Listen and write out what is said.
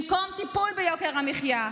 במקום טיפול ביוקר המחיה,